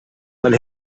mein